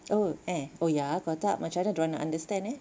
oh eh oh ya kalau tak macam mana diorang nak understand eh